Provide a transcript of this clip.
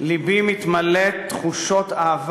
לבי מתמלא תחושות אהבה